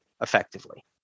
effectively